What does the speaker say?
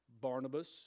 Barnabas